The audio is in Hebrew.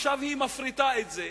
עכשיו היא מפריטה את זה.